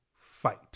fight